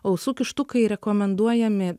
ausų kištukai rekomenduojami